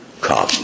come